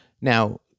Now